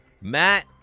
Matt